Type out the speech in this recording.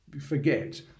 forget